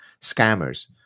scammers